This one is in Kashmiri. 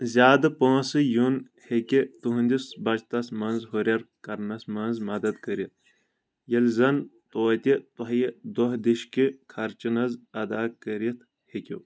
زیادٕ پٲنٛسہٕ یُن ہیٚكہِ تُہنٛدِس بچتس منٛز ہُریٚر كرنس منٛز مدد كٔرِتھ ییٚلہِ زن توتہِ تۄہہِ دۄہ دِشکہِ خرچہِ نٛس ادا كٔرِتھ ہیٚكِو